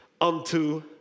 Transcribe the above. unto